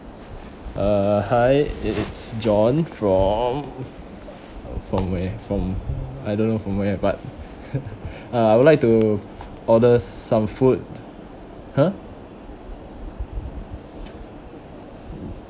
uh hi it's john from from where from I don't know from where but uh I would like to order some food !huh!